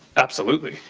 absolutely.